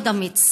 מאוד אמיץ,